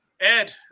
ed